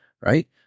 Right